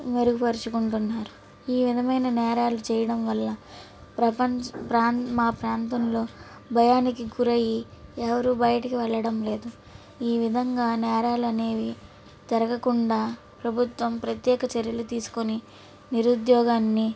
మెరగుపరచుకుంటున్నారు ఈ విధమైన నేరాలు చేయడం వల్ల ప్రపంచం ప్రా మా ప్రాంతంలో భయానికి గురై ఎవరూ బయటకి వెళ్ళడంలేదు ఈ విధంగా నేరాలు అనేవి జరగకుండా ప్రభుత్వం ప్రత్యేక చర్యలు తీసుకొని నిరుద్యోగాన్ని